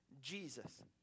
Jesus